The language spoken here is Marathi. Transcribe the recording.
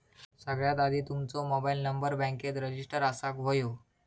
सगळ्यात आधी तुमचो मोबाईल नंबर बॅन्केत रजिस्टर असाक व्हयो